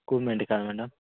କୋଉ medical madam